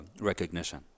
recognition